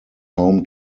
home